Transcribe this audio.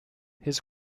his